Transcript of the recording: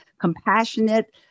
compassionate